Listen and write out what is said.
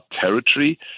territory